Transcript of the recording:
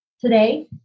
today